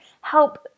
help